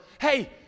hey